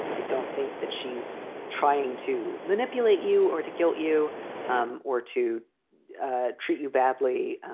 ah i don't think that she's trying to manipulate you or to guilt you um or to ah treat you badly.